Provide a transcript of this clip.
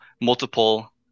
multiple